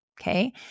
okay